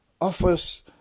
office